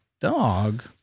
dog